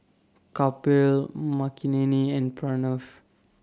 Kapil Makineni and Pranav